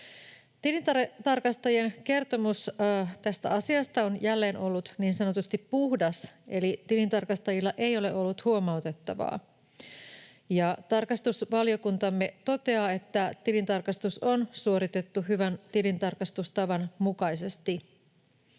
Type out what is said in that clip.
Tilintarkastajien kertomus tästä asiasta on jälleen ollut niin sanotusti puhdas, eli tilintarkastajilla ei ole ollut huomautettavaa, ja tarkastusvaliokuntamme toteaa, että tilintarkastus on suoritettu hyvän tilintarkastustavan mukaisesti.